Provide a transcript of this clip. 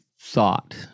thought